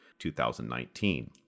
2019